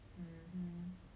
where we end or or